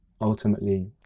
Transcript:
ultimately